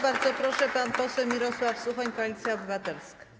Bardzo proszę, pan poseł Mirosław Suchoń, Koalicja Obywatelska.